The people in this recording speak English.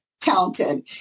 talented